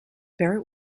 barrett